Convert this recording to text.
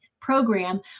program